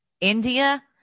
India